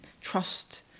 trust